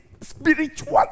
spiritual